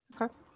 Okay